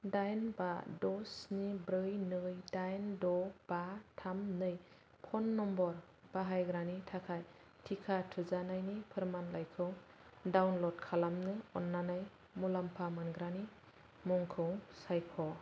दाइन बा द' स्नि ब्रै नै दाइन द' बा थाम नै फ'न नाम्बार बाहायग्रानि थाखाय टिका थुजानायनि फोरमानलाइखौ डाउनल'ड खालामनो अननानै मुलामफा मोनग्रानि मुंखौ सायख'